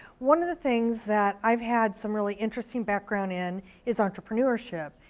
one of the things that i've had some really interesting background in is entrepreneurship.